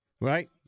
Right